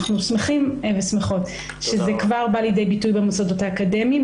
אנחנו שמחים ושמחות שזה כבר לידי ביטוי במוסדות האקדמיים,